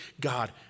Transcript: God